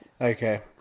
okay